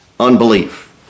unbelief